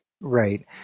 right